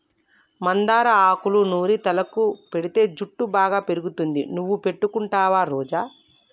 మందార ఆకులూ నూరి తలకు పెటితే జుట్టు బాగా పెరుగుతుంది నువ్వు పెట్టుకుంటావా రోజా